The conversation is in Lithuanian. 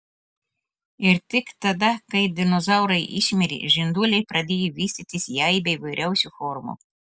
ir tik tada kai dinozaurai išmirė žinduoliai pradėjo vystytis į aibę įvairiausių formų